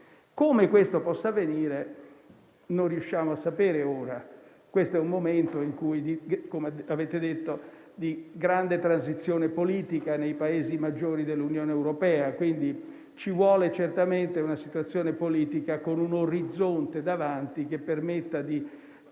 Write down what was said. Come questo possa avvenire non riusciamo a saperlo ora. È un momento, come avete detto, di grande transizione politica nei maggiori Paesi dell'Unione europea, quindi ci vuole certamente una situazione politica con un orizzonte davanti che permetta di